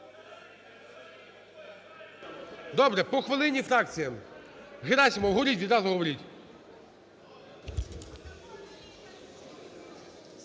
Добре, по хвилині, фракціям. Герасимов говоріть, відразу говоріть.